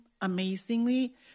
amazingly